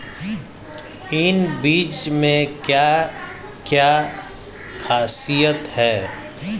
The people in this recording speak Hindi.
इन बीज में क्या क्या ख़ासियत है?